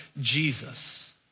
Jesus